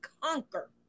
conquer